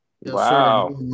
Wow